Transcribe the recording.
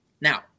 Now